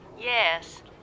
Yes